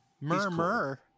Murmur